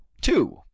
Two